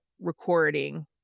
recording